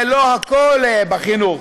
זה לא הכול בחינוך,